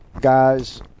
guys